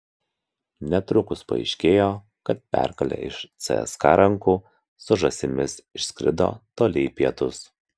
netrukus paaiškėjo kad pergalė iš cska rankų su žąsimis išskrido toli į pietus